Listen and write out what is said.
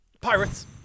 Pirates